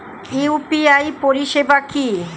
UPI পরিষেবা কি?